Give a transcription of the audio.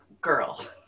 girl